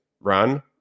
run